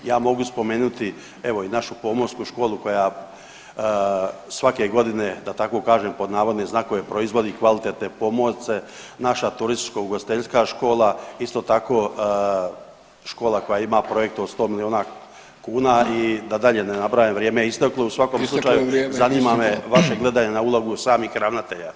Ja mogu spomenuti evo i našu Pomorsku školu koja svake godine da tako kažem pod navodne znakove proizvodi kvalitetne pomorce, naša Turističko-ugostiteljska škola, isto tako škola koja ima projekte od 100 miliona kuna i da dalje ne nabrajam, vrijeme je isteklo, u svakom [[Upadica: Isteklo vam vrijeme, isteklo.]] slučaju zanima vaše gledanje na ulogu samih ravnatelja.